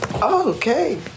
okay